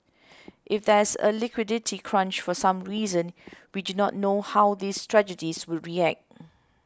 if there's a liquidity crunch for some reason we do not know how these strategies would react